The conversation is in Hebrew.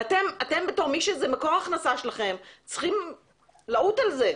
אתם בתור מי שזה מקור הכנסתו צריכים לעוט על זה.